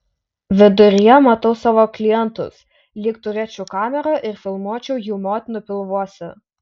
viduryje matau savo klientus lyg turėčiau kamerą ir filmuočiau jų motinų pilvuose